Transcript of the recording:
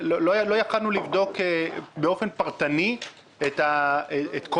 לא יכולנו לבדוק באופן פרטני את כל